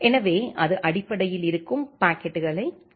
எனவே அது அடிப்படையில் இருக்கும் பாக்கெட்டுகளை கைப்பற்றுகிறது